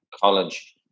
college